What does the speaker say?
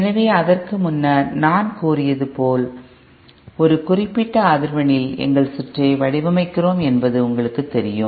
எனவே அதற்கு முன்னர் நான் கூறியது போல் ஒரு குறிப்பிட்ட அதிர்வெண்ணில் எங்கள் சுற்றை வடிவமைக்கிறோம் என்பது உங்களுக்குத் தெரியும்